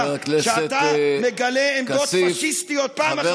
תתבייש אתה, שאתה מגלה עמדות פשיסטיות, חבר